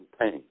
pain